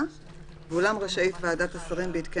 אבל לפחות הם יבואו